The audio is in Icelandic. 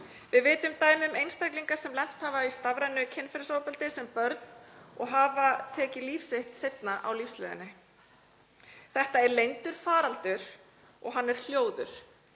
Við vitum dæmi um einstaklinga sem hafa lent í stafrænu kynferðisofbeldi sem börn og hafa tekið líf sitt seinna á lífsleiðinni. Þetta er leyndur faraldur og hann er hljóður